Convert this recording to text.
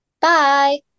Bye